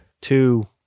two